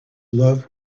love